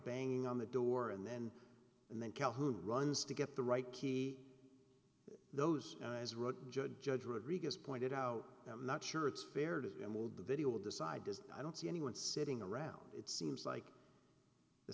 banging on the door and then and then calhoun runs to get the right key those judge judge rodrigo's pointed out i'm not sure it's fair to move the video will decide as i don't see anyone sitting around it seems like the